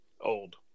old